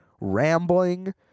rambling